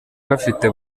bafite